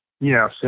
Yes